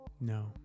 No